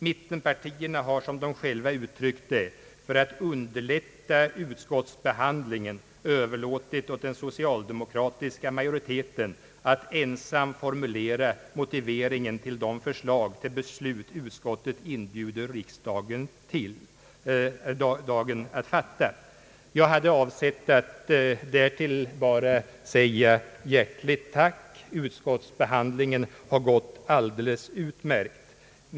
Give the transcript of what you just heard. Mittenpartierna har, som de själva uttryckt det, »för att underlätta utskottsbehandlingen» överlåtit åt den socialdemokratiska majoriteten att ensam formulera motiveringen till det förslag om vilket utskottet inbjuder riksdagen att fatta beslut. Jag hade avsett att därtill bara säga hjärtligt tack, utskottsbehandlingen har gått alldeles utmärkt.